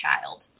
child